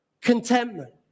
contentment